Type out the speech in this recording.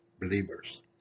believers